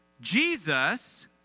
Jesus